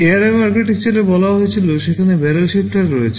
ARM আর্কিটেকচারে বলা হয়েছিল সেখানে ব্যারেল শিফটার রয়েছে